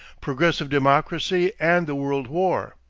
progressive democracy and the world war